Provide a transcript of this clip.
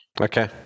Okay